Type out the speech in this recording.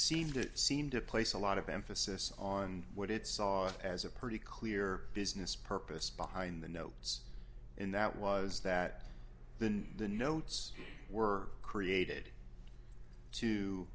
seemed to seem to place a lot of emphasis on what it saw as a pretty clear business purpose behind the notes and that was that than the notes were created to